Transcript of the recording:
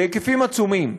בהיקפים עצומים.